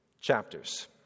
chapters